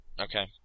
Okay